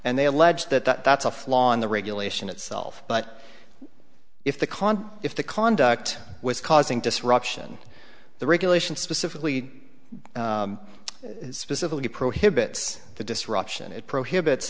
and they allege that that's a flaw in the regulation itself but if the con if the conduct was causing disruption the regulation specifically specifically prohibits the disruption it prohibits